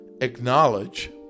acknowledge